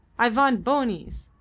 i vant bonies!